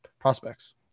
prospects